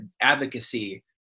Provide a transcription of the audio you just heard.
advocacy